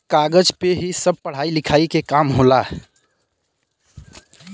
कागज पे ही सब पढ़ाई लिखाई के काम होला